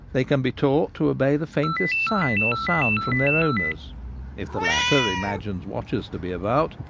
they can be taught to obey the faintest sign or sound from their owners. if the latter imagine watchers to be about,